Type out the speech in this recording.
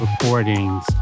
Recordings